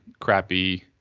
crappy